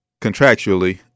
contractually –